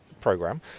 program